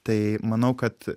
tai manau kad